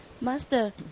Master